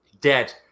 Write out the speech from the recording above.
dead